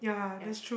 ya